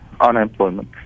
unemployment